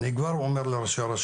אני כבר אומר להם,